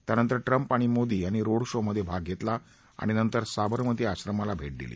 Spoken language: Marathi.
त्यानंतर ट्रम्प आणि मोदी यांनी रोड शो मध्ये भाग घेतला आणि नंतर साबरमती आश्रमाला भेट दिली